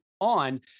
on